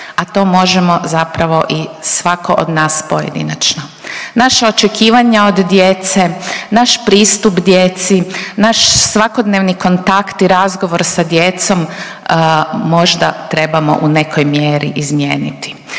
a to možemo zapravo i svako od nas pojedinačno. Naša očekivanja od djece, naš pristup djeci, naš svakodnevni kontakt i razgovor sa djecom možda trebamo u nekoj mjeri izmijeniti.